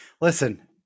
listen